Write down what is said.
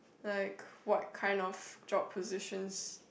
like what kind of job positions